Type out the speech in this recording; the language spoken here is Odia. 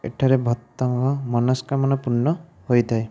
ଏଠାରେ ଭକ୍ତଙ୍କର ମନୋସ୍କାମନା ପୂର୍ଣ୍ଣ ହୋଇଥାଏ